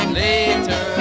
later